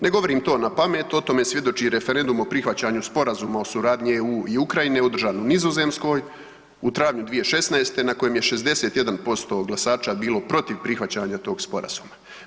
Ne govorim to napamet, o tome svjedoči referendum o prihvaćanju Sporazuma o suradnji EU i Ukrajine održan u Nizozemskoj u travnju 2016. na kojem je 61% glasača bilo protiv prihvaćanja tog sporazuma.